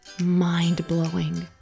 mind-blowing